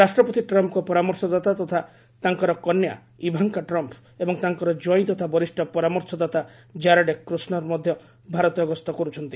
ରାଷ୍ଟ୍ରପତି ଟ୍ରମ୍ପଙ୍କ ପରାମର୍ଶଦାତା ତଥା ତାଙ୍କର କନ୍ୟା ଇଭାଙ୍କା ଟ୍ରମ୍ପ୍ ଏବଂ ତାଙ୍କର କ୍ୱାଇଁ ତଥା ବରିଷ୍ଣ ପରାମର୍ଶ ଦାତା କାରେଡ୍ କୁଷ୍ଣନ୍ର ମଧ୍ୟ ଭାରତଗ୍ରସ୍ତ କରୁଛନ୍ତି